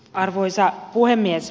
arvoisa puhemies